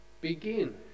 begin